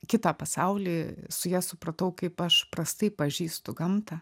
kitą pasaulį su ja supratau kaip aš prastai pažįstu gamtą